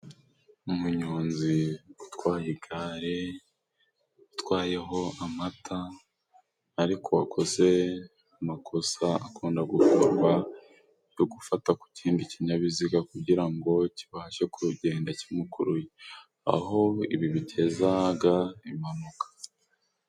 Umuyonzi utwaye igare utwayeho amata, ariko uwakoze amakosa akunda gukorwa yo gufata ku kindi kinyabiziga kugira ngo kibashe kuru, kugenda kimukuruye aho ibi bitezaga impanuka.